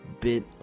bit